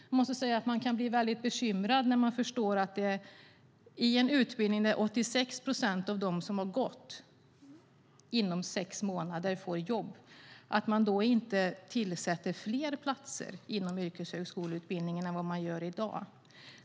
Jag måste säga att man kan bli väldigt bekymrad över att det inte tillsätts fler platser inom yrkeshögskoleutbildningen än i dag när man ser att 86 procent av dem som har gått en utbildning får jobb inom sex månader.